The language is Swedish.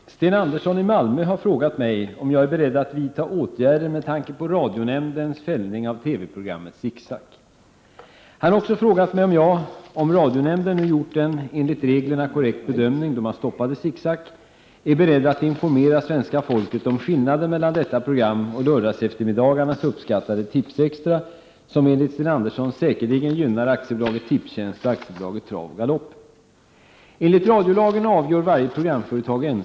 Herr talman! Sten Andersson i Malmö har frågat mig om jag är beredd att vidta åtgärder med tanke på radionämndens fällning av TV-programmet Zick Zack. Han har också frågat mig om jag — om radionämnden nu gjort en, enligt reglerna korrekt bedömning då man stoppade Zick Zack — är beredd att informera svenska folket om skillnaden mellan detta program och lördagseftermiddagarnas uppskattade Tipsextra som, enligt Sten Andersson, säkerligen gynnar AB Tipstjänst och AB Trav och Galopp.